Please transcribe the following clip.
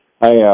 Hi